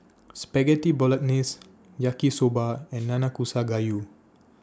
Spaghetti Bolognese Yaki Soba and Nanakusa Gayu